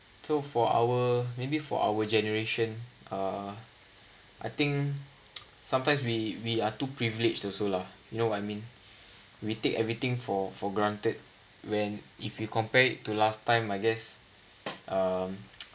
so for our maybe for our generation uh I think sometimes we we are to privilege also lah you know what I mean we take everything for for granted when if you compared to last time I guess um